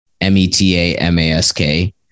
M-E-T-A-M-A-S-K